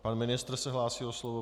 Pan ministr se hlásí o slovo.